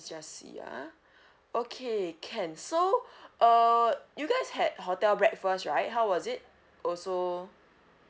just see ah okay can so uh you guys had hotel breakfast right how was it also